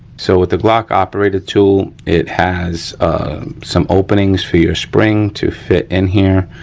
so, with the glock operator tool, it has some openings for your spring to fit in here